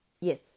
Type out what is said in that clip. Yes